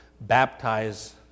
baptize